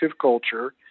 culture